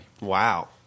Wow